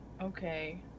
Okay